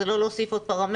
זה לא להוסיף עוד פרמטר,